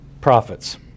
prophets